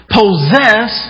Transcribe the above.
possess